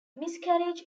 miscarriage